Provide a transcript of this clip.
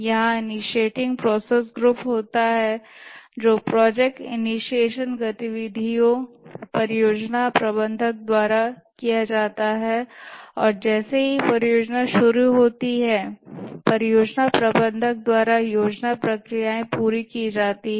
यहां initiating process group होता है जो प्रोजेक्ट इनीशिएशन गतिविधियों परियोजना प्रबंधक द्वारा की जाती हैं और जैसे ही परियोजना शुरू होती है परियोजना प्रबंधक द्वारा योजना प्रक्रियाएँ पूरी की जाती हैं